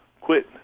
quit